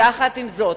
יחד עם זאת,